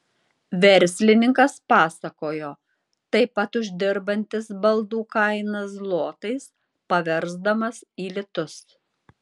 verslininkas pasakojo taip pat uždirbantis baldų kainą zlotais paversdamas į litus